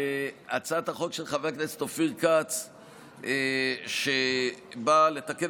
הצעת החוק של חבר הכנסת אופיר כץ באה לתקן